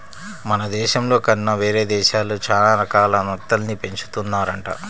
మన దేశంలో కన్నా వేరే దేశాల్లో చానా రకాల నత్తల్ని పెంచుతున్నారంట